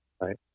Right